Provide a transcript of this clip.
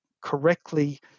correctly